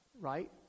right